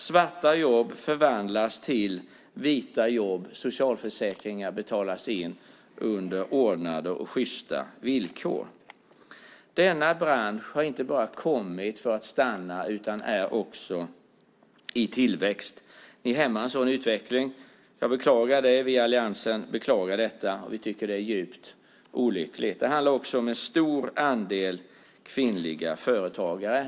Svarta jobb förvandlas till vita jobb, och socialförsäkringar betalas in under ordnade och sjysta villkor. Denna bransch har inte bara kommit för att stanna utan är också i tillväxt. Ni hämmar en sådan utveckling. Jag och vi i alliansen beklagar detta och tycker att det är djupt olyckligt. Det handlar också om en stor andel kvinnliga företagare.